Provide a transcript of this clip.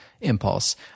impulse